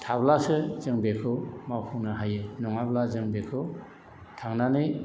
थाब्लासो जों बेखौ मावफुंनो हायो नङाब्ला जों बेखौ थांनानै